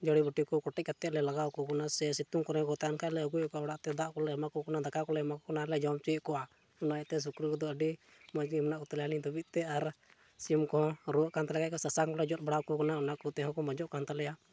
ᱡᱚᱲᱤᱵᱩᱴᱤ ᱠᱚ ᱠᱚᱴᱮᱡ ᱠᱟᱛᱮᱫ ᱞᱮ ᱞᱟᱜᱟᱣ ᱟᱠᱚ ᱠᱟᱱᱟ ᱥᱮ ᱥᱤᱛᱩᱝ ᱠᱚᱨᱮ ᱠᱚ ᱛᱟᱦᱮᱱ ᱠᱷᱟᱡ ᱟᱹᱜᱩᱭᱮᱫ ᱠᱚᱣᱟᱞᱮ ᱚᱲᱟᱜ ᱛᱮ ᱫᱟᱜ ᱠᱚᱞᱮ ᱮᱢᱟ ᱠᱚ ᱠᱟᱱᱟ ᱫᱟᱠᱟ ᱠᱚᱞᱮ ᱮᱢᱟ ᱠᱚ ᱠᱟᱱᱟ ᱟᱨᱞᱮ ᱡᱚᱢ ᱦᱚᱪᱚᱭᱮᱜ ᱠᱚᱣᱟ ᱚᱱᱟ ᱤᱭᱟᱹᱛᱮ ᱥᱩᱠᱨᱤ ᱠᱚᱫᱚ ᱟᱹᱰᱤ ᱢᱚᱡᱽ ᱜᱮ ᱢᱮᱱᱟᱜ ᱠᱚᱛᱟᱞᱮᱭᱟ ᱱᱤᱛ ᱫᱷᱟᱹᱵᱤᱡ ᱛᱮ ᱟᱨ ᱥᱤᱢ ᱠᱚᱦᱚᱸ ᱨᱩᱣᱟᱹᱜ ᱠᱟᱱ ᱛᱟᱞᱮᱭᱟᱠᱚ ᱥᱟᱥᱟᱝ ᱠᱚᱞᱮ ᱡᱚᱫ ᱵᱟᱲᱟᱣᱟ ᱟᱠᱚ ᱠᱟᱱᱟ ᱚᱱᱟ ᱠᱚᱛᱮ ᱦᱚᱸᱠᱚ ᱢᱚᱡᱚᱜ ᱠᱟᱱ ᱛᱟᱞᱮᱭᱟ